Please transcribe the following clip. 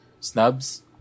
Snubs